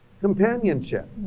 Companionship